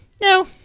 no